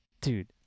Dude